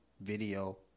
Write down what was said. video